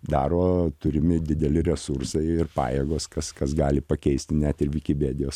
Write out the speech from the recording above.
daro turimi dideli resursai ir pajėgos kas kas gali pakeisti net ir vikipedijos